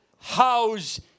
house